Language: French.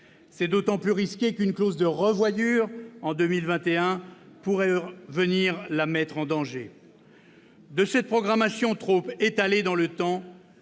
C'est d'autant plus risqué qu'une clause de « revoyure », en 2021, pourrait venir la mettre en danger. Très bien ! De cette programmation trop étalée dans le temps